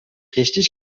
richtig